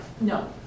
No